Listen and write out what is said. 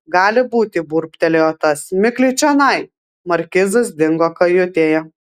gali būti burbtelėjo tas mikliai čionai markizas dingo kajutėje